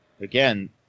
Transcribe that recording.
Again